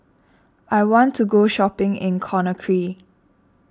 I want to go shopping in Conakry